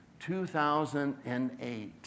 2008